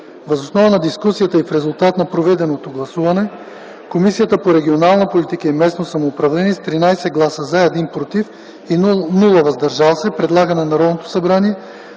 Въз основа на дискусията и в резултат на проведеното гласуване Комисията по регионална политика и местно самоуправление с 13 гласа „за”, 1 „против” и без „въздържали се” предлага на Народното събрание